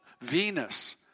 Venus